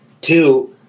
Two